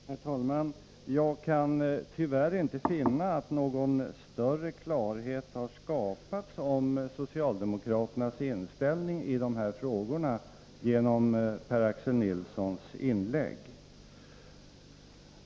Herr talman! Jag kan tyvärr inte finna att någon större klarhet har skapats om socialdemokraternas inställning i de här frågorna genom Per-Axel Nilssons inlägg.